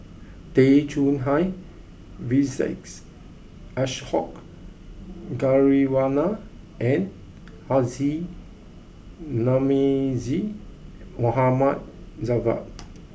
Tay Chong Hai Vijesh Ashok Ghariwala and Haji Namazie Mohd Javad